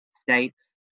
states